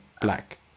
black